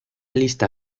lista